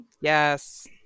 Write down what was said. Yes